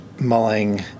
mulling